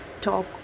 talk